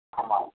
ஆமாம்